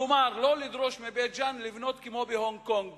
כלומר לא לדרוש מבית-ג'ן לבנות כמו בהונג-קונג